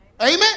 amen